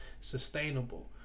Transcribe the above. sustainable